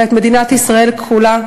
אלא את מדינת ישראל כולה,